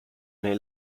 nei